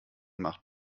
macht